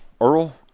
Earl